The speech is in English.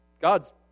God's